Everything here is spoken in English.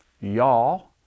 y'all